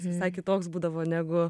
jis visai kitoks būdavo negu